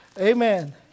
Amen